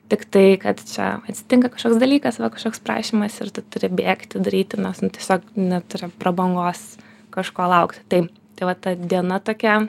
tiktai kad čia atsitinka kažkoks dalykas va kažkoks prašymas ir tu turi bėgti daryti nes nu tiesiog neturi prabangos kažko laukti tai tai va ta diena tokia